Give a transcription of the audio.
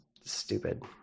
stupid